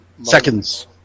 seconds